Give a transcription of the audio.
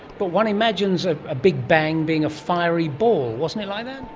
but one imagines ah a big bang being a fiery ball. wasn't it like that?